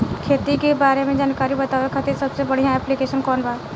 खेती के बारे में जानकारी बतावे खातिर सबसे बढ़िया ऐप्लिकेशन कौन बा?